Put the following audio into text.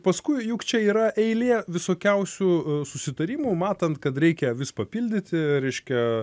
paskui juk čia yra eilė visokiausių susitarimų matant kad reikia vis papildyti reiškia